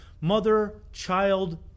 mother-child